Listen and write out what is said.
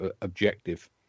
objective